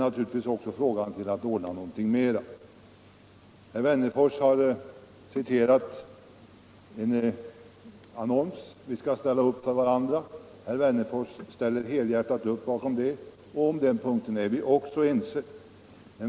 Herr Wennerfors ställer helhjärtat upp bakom det, och på den punkten är vi också ense.